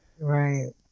Right